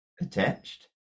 attached